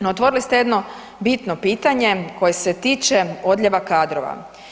No otvorili ste jedno bitno pitanje koji se tiče odljeva kadrova.